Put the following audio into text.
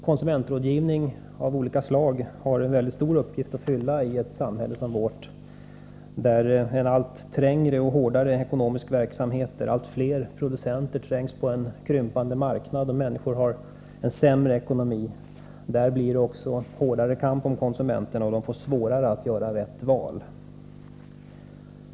Konsumentrådgivning av olika slag har en stor uppgift att fylla i ett samhälle som vårt, där en allt trängre och hårdare ekonomisk verklighet gör sig gällande, där allt fler producenter trängs på en krympande marknad och människor har en sämre ekonomi och där det blir en hårdare kamp om konsumenterna och de får svårare att göra rätt val.